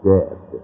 Dead